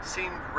Seemed